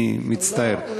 אני מצטער.